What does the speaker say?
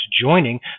joining